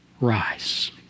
rise